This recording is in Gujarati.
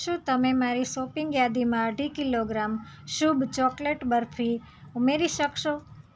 શું તમે મારી સોપિંગ યાદીમાં અઢી કિલોગ્રામ શુબ ચોકલેટ બરફી ઉમેરી શકશો